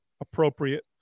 appropriate